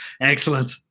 Excellent